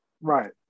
Right